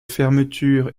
fermeture